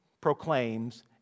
proclaims